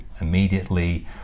immediately